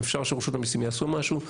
אם אפשר שרשות המיסים יעשו משהו,